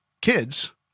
kids